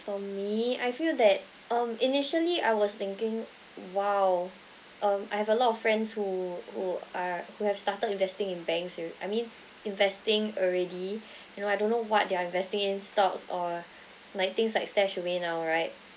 for me I feel that um initially I was thinking !wow! um I have a lot of friends who who are who have started investing in banks you I mean investing already you know I don't know what they are investing in stocks or like things like stashaway now right